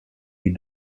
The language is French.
est